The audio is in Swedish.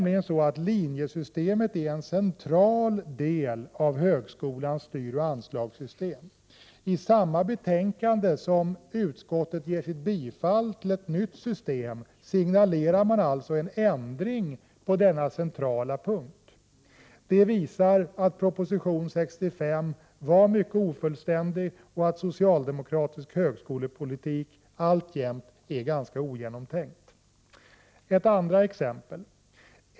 Linjesystemet är nämligen en central del av högskolans styroch anslagssystem. I samma betänkande som utskottet ger sitt bifall till ett nytt system signalerar man alltså en ändring på denna centrala punkt. Det visar att proposition 65 är mycket ofullständig och att socialdemokratisk högskolepolitik alltjämt är ganska ogenomtänkt. Jag skall ge ett andra exempel.